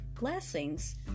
blessings